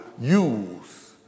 use